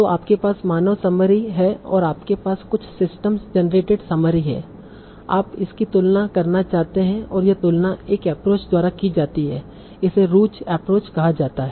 तो आपके पास मानव समरी है और आपके पास कुछ सिस्टम जनरेटेड समरी है और आप इनकी तुलना करना चाहते हैं और यह तुलना एक एप्रोच द्वारा की जाती है इसे रूज एप्रोच कहा जाता है